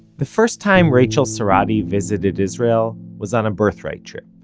the first time rachael cerrotti visited israel was on a birthright trip.